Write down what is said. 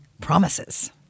Promises